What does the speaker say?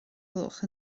gloch